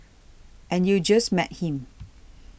and you just met him